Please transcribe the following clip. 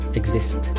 exist